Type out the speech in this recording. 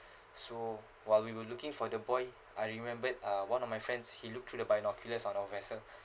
so while we were looking for the boy I remembered uh one of my friends he looked through the binoculars on our vessel